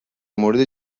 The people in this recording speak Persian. مورد